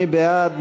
מי בעד?